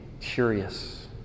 curious